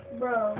bro